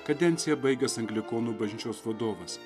kadenciją baigęs anglikonų bažnyčios vadovas